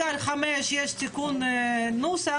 כרגע על 5 יש תיקון נוסח,